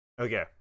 Okay